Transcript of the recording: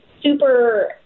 super